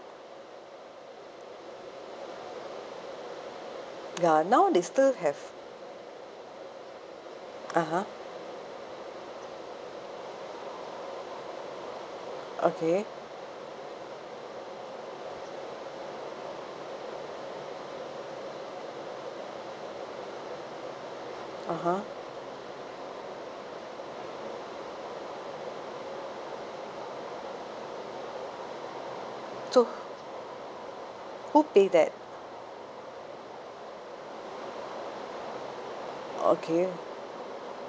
ya now they still have (uh huh) okay (uh huh) so who pay that oh okay